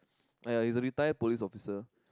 like he is a retire police officer